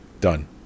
done